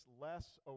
less